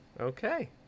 okay